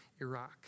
Iraq